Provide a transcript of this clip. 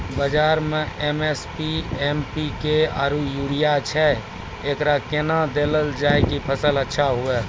बाजार मे SSP, MPK आरु यूरिया छैय, एकरा कैना देलल जाय कि फसल अच्छा हुये?